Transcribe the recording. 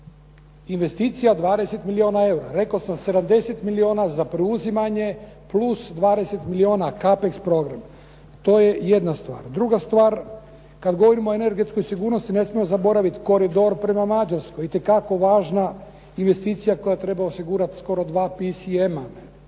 Investicija 20 milijuna eura. Rekao sam 70 milijuna za preuzimanje plus 20 milijuna Kapex program. To je jedna stvar. Druga stvar, kad govorimo o energetskoj sigurnosti ne smijemo zaboraviti koridor prema Mađarskoj itekako važna investicija koja treba osigurati skoro dva PCM-a